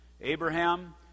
Abraham